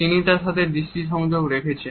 তিনি তার সাথে দৃষ্টি সংযোগ রেখেছেন